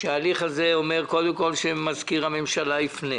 כשההליך הזה אומר קודם כל שמזכיר הממשלה יפנה.